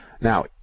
Now